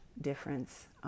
difference